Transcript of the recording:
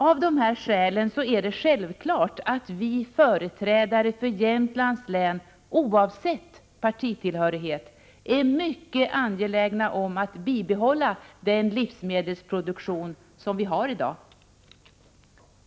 Av de här skälen är det självklart att vi företrädare för Jämtlands län, oavsett partitillhörighet, är mycket angelägna om att bibehålla den livsmedelsproduktion som vi har i dag.